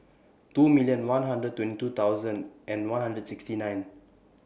two million one hundred and twenty two thousand and one hundred and sixty nine